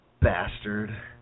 bastard